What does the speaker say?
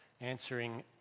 answering